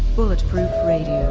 bulletproof radio.